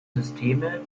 systeme